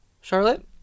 Charlotte